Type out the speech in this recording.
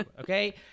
okay